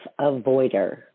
avoider